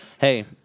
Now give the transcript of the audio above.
Hey